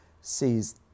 sees